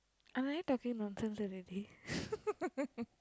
am I talking nonsense already